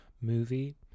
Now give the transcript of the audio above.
movie